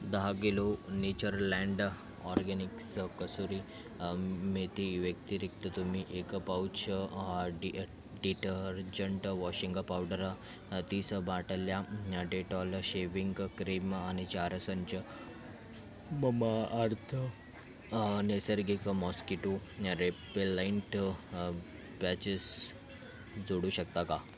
दहा kilo natureland organics कसुरी मेथी व्यतिरिक्त तुम्ही एक पाउच डी अ डीटर्जंट वॉशिंग पावडर तीस बाटल्या डेटॉल शेविंग क्रीम आणि चार संच ममाअर्थ नैसर्गिक मॉस्किटो रेपेलाइंट पॅचेस जोडू शकता का